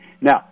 Now